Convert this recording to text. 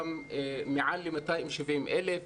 מתגוררים שם מעל ל-270,000 תושבים,